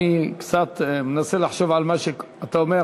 אני מנסה קצת לחשוב על מה שאתה אומר,